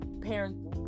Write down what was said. parents